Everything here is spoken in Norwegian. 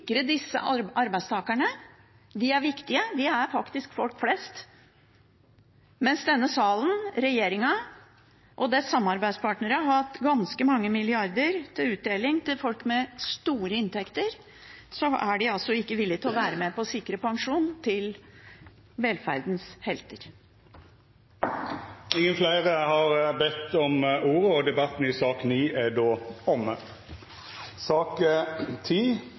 sikre disse arbeidstakerne. De er viktige – de er faktisk folk flest. Mens denne salen, regjeringen og dens samarbeidspartnere har hatt ganske mange milliarder til utdeling til folk med store inntekter, er de altså ikke villig til å være med på å sikre pensjonen til velferdens helter. Fleire har ikkje bedt om ordet til sak